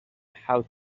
how